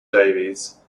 davies